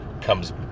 comes